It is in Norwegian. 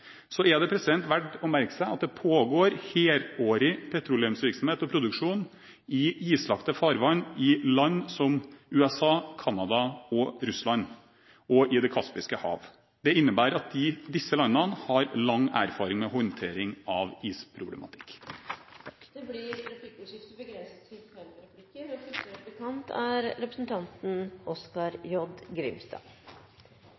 Så er det verdt å merke seg at det pågår helårlig petroleumsvirksomhet og -produksjon i islagte farvann i land som USA, Canada og Russland og i Det kaspiske hav. Det innebærer at disse landene har lang erfaring med håndtering av isproblematikk. Det blir replikkordskifte.